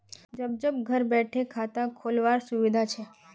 जब जब घर बैठे खाता खोल वार सुविधा छे